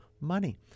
money